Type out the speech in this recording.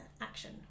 action